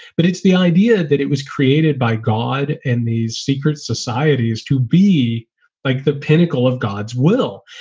but it's the idea that it was created by god in these secret societies to be like the pinnacle of god's will.